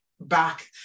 back